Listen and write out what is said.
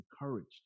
encouraged